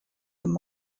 them